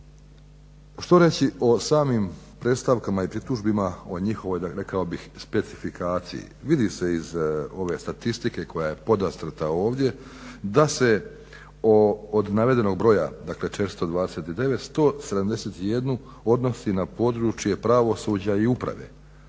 Što reći o samim predstavkama i pritužbama o njihovoj rekao bih specifikaciji. Vidi se iz ove statistike koja je podastrta ovdje da se od navedenog broja, dakle 429, 171 odnosi na područje pravosuđa i uprave,